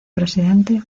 presidente